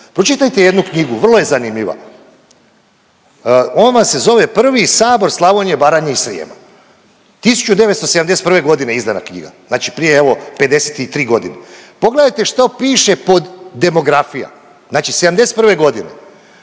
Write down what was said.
Pročitajte jednu knjigu vrlo je zanimljiva ona se zove Prvi sabor Slavonije, Baranje i Srijema, 1971. godine je izdana knjiga, znači evo prije 53 godine. Pogledajte što piše pod demografija, znači '71. godine